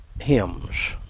hymns